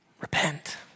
Repent